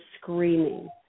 screaming